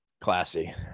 Classy